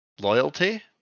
loyalty